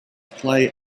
play